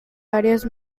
varios